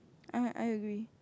ah I agree